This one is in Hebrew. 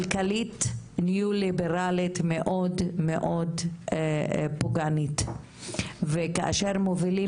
כלכלית ניאו-ליברליות ומאוד מאוד פוגענית וכאשר מובילים